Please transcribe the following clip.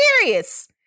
serious